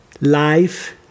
Life